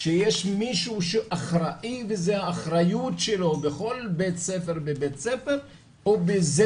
שיש מישהו שאחראי וזה האחריות שלו בכל בית ספר ובית ספר ובזה